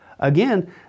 Again